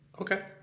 okay